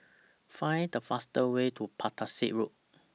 Find The faster Way to Battersea Road